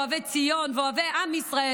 אוהבי ציון ואוהבי עם ישראל,